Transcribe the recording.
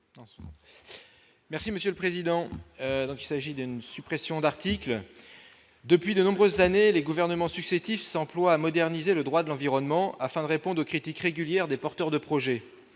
Merci monsieur le président, il s'agit d'une suppression d'articles depuis de nombreuses années, les gouvernements successifs s'emploient à moderniser le droit de l'environnement afin de répondre aux critiques régulières des porteurs de projets